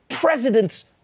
President's